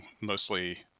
mostly